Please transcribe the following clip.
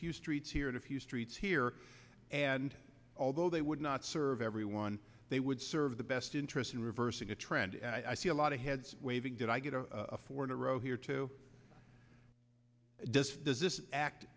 few streets here and a few streets here and although they would not serve everyone they would serve the best interest in reversing a trend and i see a lot of heads waving did i get a four in a row here to this does this act